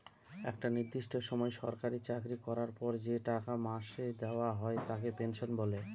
একটা নির্দিষ্ট সময় সরকারি চাকরি করবার পর যে টাকা মাসে দেওয়া হয় তাকে পেনশন বলে